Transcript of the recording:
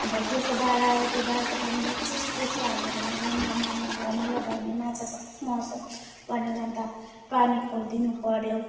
अब जस्तो बाढ आयो त्यो बाढको पानी बाई चान्स पसिहाल्यो भने गन्दा मैला अब अमिलो भयो भने माछा सबै मर्छ भनेर अन्त पानी खोलिदिनुपर्यो